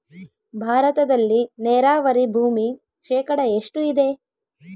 ಭಾರತದಲ್ಲಿ ನೇರಾವರಿ ಭೂಮಿ ಶೇಕಡ ಎಷ್ಟು ಇದೆ?